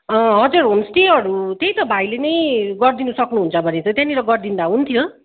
हजुर होमस्टेहरू त्यही त भाइले नै गरिदिनु सक्नुहुन्छ भने चाहिँ त्यहाँनिर गरिदिँदा हुन्थ्यो